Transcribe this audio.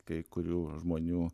kai kurių žmonių